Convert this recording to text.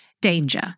danger